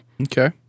Okay